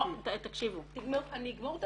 ברצף המענים שנפתחים אני כן יכולה